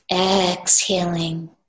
Exhaling